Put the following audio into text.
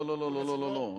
לא, לא, לא.